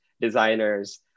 designers